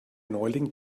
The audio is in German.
neuling